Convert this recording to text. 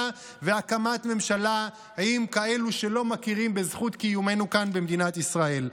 והקמת ממשלה עם כאלה שלא מכירים בזכות קיומנו כאן במדינת ישראל.